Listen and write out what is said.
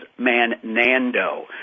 Manando